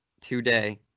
today